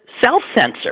self-censor